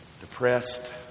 depressed